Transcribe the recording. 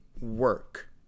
work